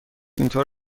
اینطور